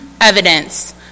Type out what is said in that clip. evidence